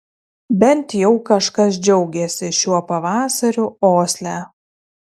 bent jau kažkas džiaugėsi šiuo pavasariu osle